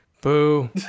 Boo